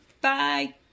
Bye